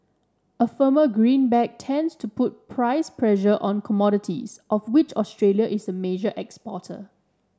a firmer greenback tends to put price pressure on commodities of which Australia is a major exporter